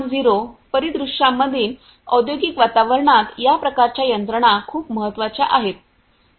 0 परिदृश्यांमधील औद्योगिक वातावरणात या प्रकारच्या यंत्रणा खूप महत्त्वाच्या आहेत